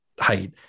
height